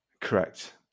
Correct